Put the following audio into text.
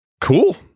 Cool